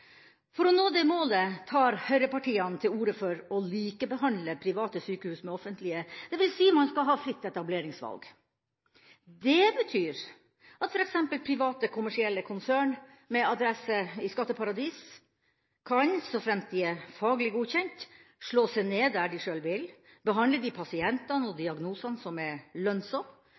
For å nå det målet tar høyrepartiene til orde for å «likebehandle» private sykehus med offentlige, dvs. man skal ha fritt etableringsvalg. Det betyr at f.eks. private, kommersielle konsern med adresse i skatteparadis kan – så fremt de er faglig godkjent – slå seg ned der de selv vil, behandle de pasientene og diagnosene som er